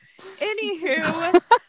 Anywho